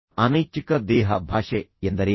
ಅನೈಚ್ಛಿಕ ದೇಹ ಭಾಷೆ ಎಂದರೇನು